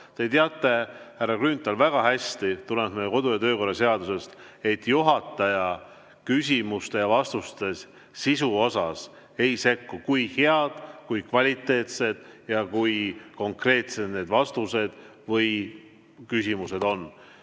Te teate, härra Grünthal, väga hästi, see tuleneb meie kodu‑ ja töökorra seadusest, et juhataja ei sekku küsimuste ja vastuste sisusse, sellesse, kui head, kui kvaliteetsed ja kui konkreetsed need vastused või küsimused on.